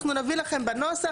אנחנו נביא לכם בנוסח,